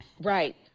Right